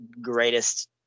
greatest